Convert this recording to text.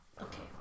Okay